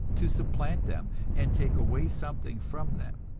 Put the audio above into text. to supplant them and take away something from them,